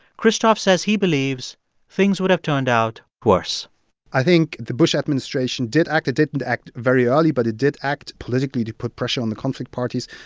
christoph says he believes things would have turned out worse i think the bush administration did act it didn't act very early but it did act politically to put pressure on the conflict parties.